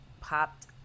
popped